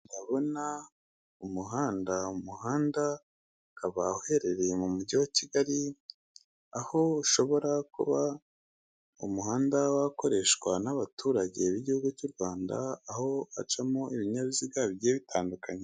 Ndabona umuhanda, umuhanda ukaba uherereye mu mujyi wa kigali, aho ushobora kuba umuhanda wakoreshwa n'abaturage b'igihugu cy'u Rwanda, aho hacamo ibinyabiziga bigiye bitandukanye.